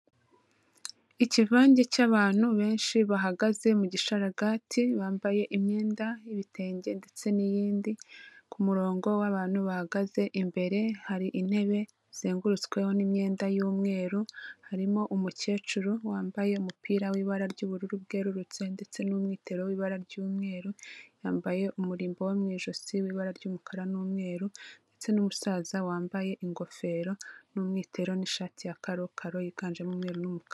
Ikivange cy'abantu benshi bahagaze mu gisharagati, bambaye imyenda y'ibitenge ndetse n'iyindi, ku murongo w'abantu bahagaze imbere hari intebe zizengurutsweho n'imyenda y'umweru, harimo umukecuru wambaye umupira w'ibara ry'ubururu bwerurutse ndetse n'umwitero w'ibara ry'umweru, yambaye umurimbo wo mu ijosi w'ibara ry'umukara n'umweru ndetse n'umusaza wambaye ingofero n'umwitero n'ishati ya karakaro yiganjemo umweru n'umukara.